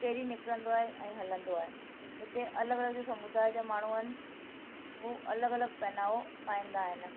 पहिरीं निकिरंदो आहे ऐं हलंदो आहे हिते अलॻि अलॻि जो समुदाय जा माण्हू आहिनि हू अलॻि अलॻि पहनावो पाईंदा आहिनि